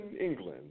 England